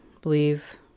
believe